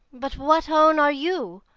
but what own are you?